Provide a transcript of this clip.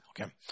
Okay